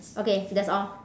okay that's all